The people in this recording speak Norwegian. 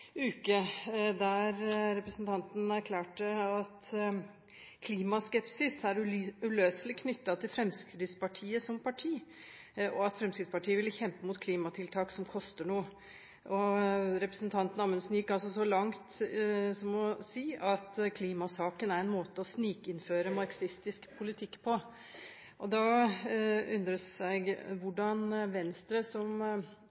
der representanten erklærte at klimaskepsis er uløselig knyttet til Fremskrittspartiet som parti, og at Fremskrittspartiet ville kjempe mot klimatiltak som koster noe. Representanten Amundsen gikk så langt som å si at klimasaken er en måte å snikinnføre marxistisk politikk på. Da undrer jeg meg på hvordan Venstre som kaller seg et klimaparti, samtidig kan støtte at Fremskrittspartiet og